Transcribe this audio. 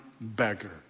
beggar